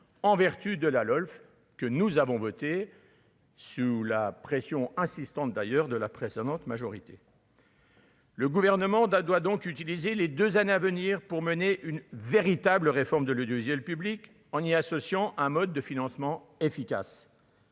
en vertu de la LOLF que nous avons voté sous la pression insistante d'ailleurs de la précédente majorité. Le gouvernement doit doit donc utiliser les 2 années à venir pour mener une véritable réforme de l'audiovisuel public, en y associant un mode de financement efficace